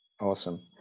awesome